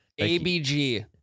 ABG